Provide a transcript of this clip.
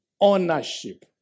Ownership